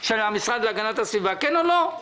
של המשרד להגנת הסביבה, כן או לא.